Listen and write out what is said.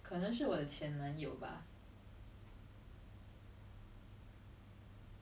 repost this like in our eyes she's already considered the richies leh